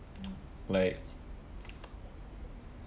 like